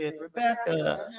Rebecca